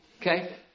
Okay